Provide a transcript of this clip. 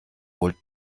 wohl